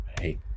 Hey